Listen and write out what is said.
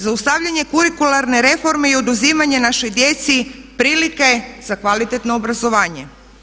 Zaustavljanje kurikularne reforme i oduzimanje našoj djeci prilike za kvalitetno obrazovanje.